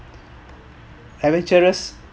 adventurous